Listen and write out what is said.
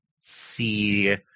see